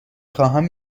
خواهم